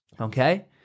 Okay